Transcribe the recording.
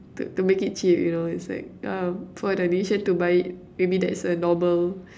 to to make it cheap you know it's like um for the nation to buy it maybe that's a normal